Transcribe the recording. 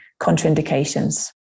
contraindications